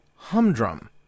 Humdrum